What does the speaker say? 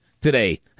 today